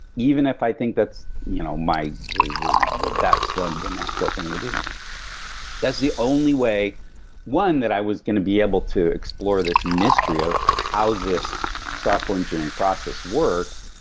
even if i think that's you know my that's the the natural thing to do that's the only way one, that i was going to be able to explore this mystery of how this software engineering process worked.